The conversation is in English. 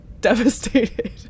devastated